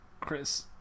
Chris